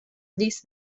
this